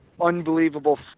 Unbelievable